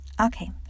Okay